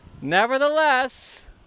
Nevertheless